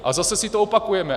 A zase si to opakujeme.